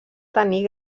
tenir